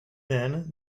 then